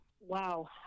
Wow